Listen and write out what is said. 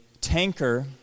tanker